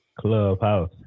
clubhouse